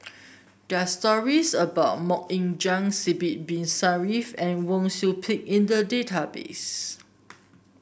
there are stories about MoK Ying Jang Sidek Bin Saniff and Wang Sui Pick in the database